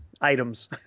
items